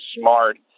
smart